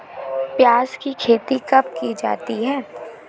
प्याज़ की खेती कब की जाती है?